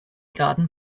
garden